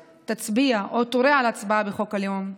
תצביע או תורה על הצבעה בחוק הלאום.